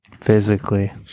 physically